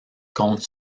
contre